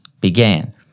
began